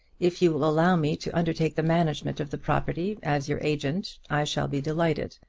if you will allow me to undertake the management of the property as your agent, i shall be delighted.